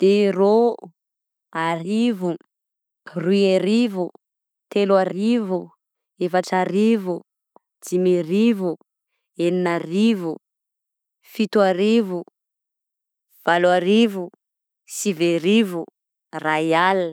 Zerô, arivo, roiarivo, teloarivo, efatrarivo, dimiarivo, eninarivo, fitoarivo, valoarivo, siviarivo, ray alina.